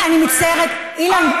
אני מצטערת, אילן.